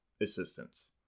assistance